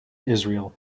israel